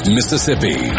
Mississippi